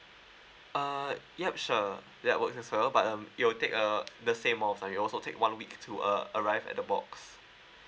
uh yup sure that works as well but um it will take uh the same of uh it'll also take one week to uh arrive at the box